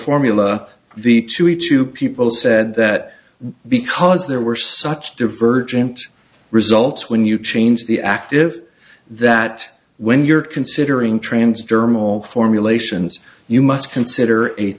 formula the two e two people said that because there were such divergent results when you change the active that when you're considering transdermal formulations you must consider a